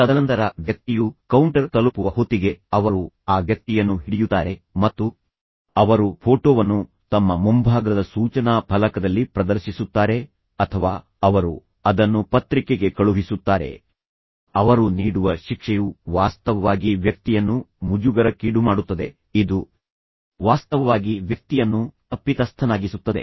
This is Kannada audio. ತದನಂತರ ವ್ಯಕ್ತಿಯು ಕೌಂಟರ್ ತಲುಪುವ ಹೊತ್ತಿಗೆ ಅವರು ಆ ವ್ಯಕ್ತಿಯನ್ನು ಹಿಡಿಯುತ್ತಾರೆ ಮತ್ತು ಅವರು ಫೋಟೋವನ್ನು ತಮ್ಮ ಮುಂಭಾಗದ ಸೂಚನಾ ಫಲಕದಲ್ಲಿ ಪ್ರದರ್ಶಿಸುತ್ತಾರೆ ಅಥವಾ ಅವರು ಅದನ್ನು ಪತ್ರಿಕೆಗೆ ಕಳುಹಿಸುತ್ತಾರೆ ಅವರು ನೀಡುವ ಶಿಕ್ಷೆಯು ವಾಸ್ತವವಾಗಿ ವ್ಯಕ್ತಿಯನ್ನು ಮುಜುಗರಕ್ಕೀಡುಮಾಡುತ್ತದೆ ಇದು ವಾಸ್ತವವಾಗಿ ವ್ಯಕ್ತಿಯನ್ನು ತಪ್ಪಿತಸ್ಥನಾಗಿಸುತ್ತದೆ